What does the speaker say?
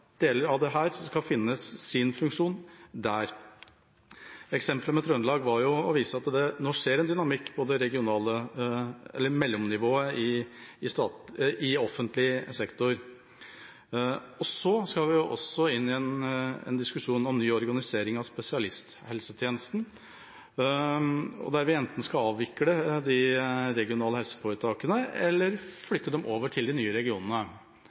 deler av dette skal finne sin funksjon der. Eksempelet fra Trøndelag var jo for å vise at det nå skjer en dynamikk på mellomnivået i offentlig sektor. Vi skal også inn i en diskusjon om ny organisering av spesialisthelsetjenesten, der vi enten skal avvikle de regionale helseforetakene eller flytte dem over til de nye regionene